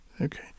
Okay